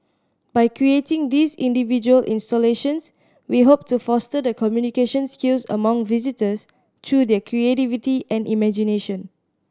by creating these individual installations we hope to foster the communication skills among visitors through their creativity and imagination